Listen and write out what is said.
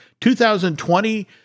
2020